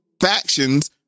factions